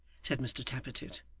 said mr tappertit,